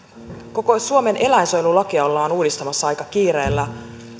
koko suomen eläinsuojelulakia ollaan uudistamassa aika kiireellä